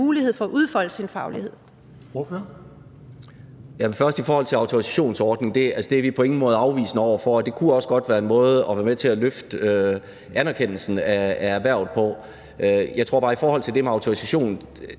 Peder Hvelplund (EL): I forhold til en autorisationsordning er vi på ingen måde afvisende over for det, og det kunne også godt være en måde at være med til at løfte anerkendelsen af erhvervet på. Jeg tror bare, at i forhold til det med autorisation